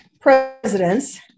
presidents